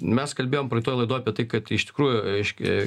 mes kalbėjom praeitoj laidoj apie tai kad iš tikrųjų reiškia